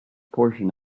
portion